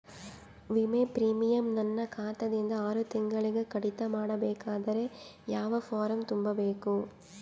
ವಿಮಾ ಪ್ರೀಮಿಯಂ ನನ್ನ ಖಾತಾ ದಿಂದ ಆರು ತಿಂಗಳಗೆ ಕಡಿತ ಮಾಡಬೇಕಾದರೆ ಯಾವ ಫಾರಂ ತುಂಬಬೇಕು?